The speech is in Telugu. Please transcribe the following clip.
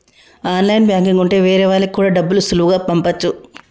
ఆన్లైన్ బ్యాంకింగ్ ఉంటె వేరే వాళ్ళకి కూడా డబ్బులు సులువుగా పంపచ్చు